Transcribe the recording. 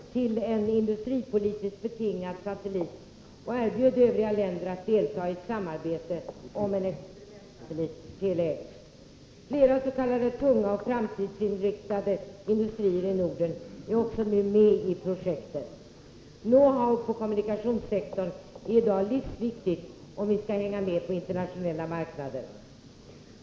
Herr talman! Det var Sverige som tog initiativet till en industripolitiskt betingad satellit och erbjöd övriga länder att delta i ett samarbete om en experimentsatellit, Tele-X. Flera s.k. tunga och framtidsinriktade industrier i Norden är nu också med i projektet. Know-how inom kommunikationssektorn är i dag livsviktigt om vi skall hänga med på internationella marknader.